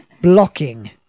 Blocking